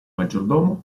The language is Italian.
maggiordomo